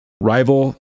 rival